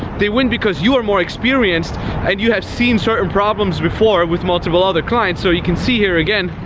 they wouldn't because you are more experienced and you have seen certain problems before with multiple other clients. so you can see here again,